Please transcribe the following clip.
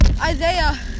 Isaiah